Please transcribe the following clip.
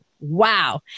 Wow